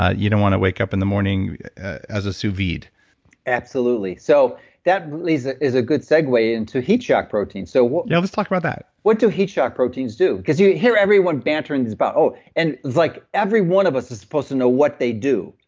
ah you don't want to wake up in the morning as a sous-vide absolutely. so that is ah is a good segue into heat shock proteins so yeah. let's talk about that what do heat shock proteins do? because you hear everyone bantering is about, oh and like every one of us is supposed to know what they do.